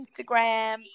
Instagram